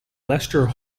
lester